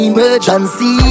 Emergency